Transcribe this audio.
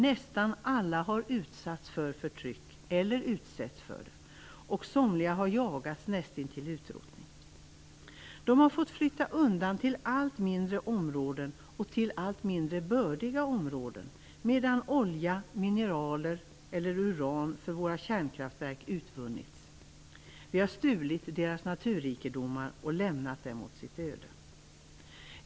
Nästan alla har utsatts för eller utsätts för förtryck. Somliga har jagats näst intill utrotning. De har fått flytta undan till allt mindre områden, till allt mindre bördiga områden, medan olja, mineraler eller uran till våra kärnkraftverk utvunnits. Vi har stulit deras naturrikedomar och lämnat dem åt sitt öde.